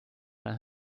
einen